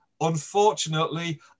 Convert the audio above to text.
Unfortunately